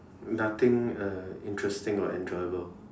nothing uh interesting or enjoyable